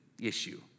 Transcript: issue